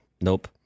nope